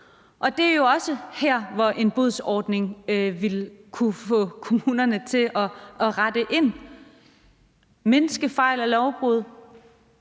Og det er jo også her, hvor en bodsordning ville kunne få kommunerne til at rette ind, mindske fejl og lovbrud